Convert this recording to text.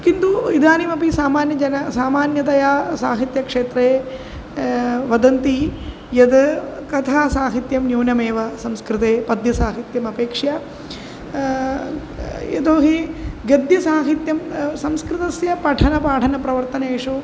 किन्तु इदानीमपि सामान्यजनः सामान्यतया साहित्यक्षेत्रे वदन्ति यद् कथासाहित्यं न्यूनमेव संस्कृते पद्यसाहित्यमपेक्षया यतो हि गद्यसाहित्यं संस्कृतस्य पठनपाठनप्रवर्तनेषु